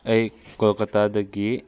ꯑꯩ ꯀꯣꯜꯀꯇꯥꯗꯒꯤ